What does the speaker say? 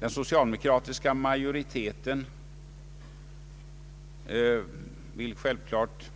Den socialdemokratiska majoriteten vill självklart